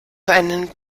einen